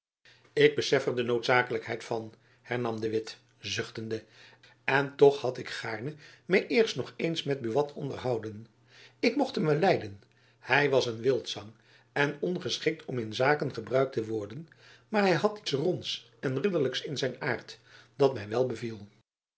ik besef er de noodzakelijkheid van hernam de witt zuchtende en toch had ik gaarne my eerst nog eens met buat onderhouden ik mocht hem wel lijden hy was een wildzang en ongeschikt om in zaken gebruikt te worden maar hy had iets ronds en ridderlijks in zijn aart dat my wel beviel